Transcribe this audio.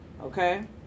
Okay